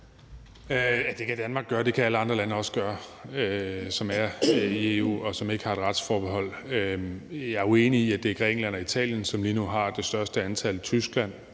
Det kan Danmark gøre, og det kan alle andre lande, som er i EU, og som ikke har et retsforbehold, også gøre. Jeg er uenig i, at det er Grækenland og Italien, som lige nu har det største antal. Tyskland